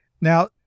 Now